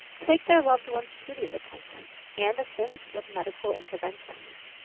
take their loved ones to these appointments and assist with medical interventions.